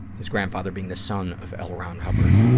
his grandfather being the son of l. ron hubbard,